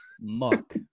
Muck